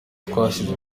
twashyize